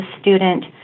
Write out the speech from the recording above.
student